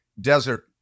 desert